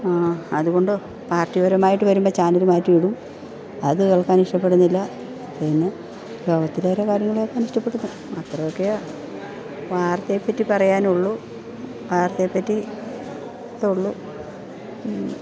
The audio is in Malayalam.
അതുകൊണ്ട് പാർട്ടിപരമായിട്ട് വരുമ്പോൾ ചാനൽ മാറ്റിയിടും അത് കേൾക്കാൻ ഇഷ്ടപ്പെടുന്നില്ല പിന്നെ ലോകത്തിലെ ഓരോ കാര്യങ്ങൾ കേൾക്കാൻ ഇഷ്ടപ്പെടുന്നു അത്രെയും ഒക്കെ വാർത്തയെ പറ്റി പറയാൻ ഉള്ളു വാർത്തയെ പറ്റി ഇതുള്ളു